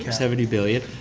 ah seventy billion.